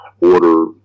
order